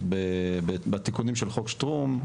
בתיקונים של חוק שטרום,